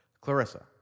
Clarissa